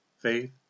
faith